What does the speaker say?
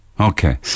Okay